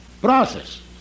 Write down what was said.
process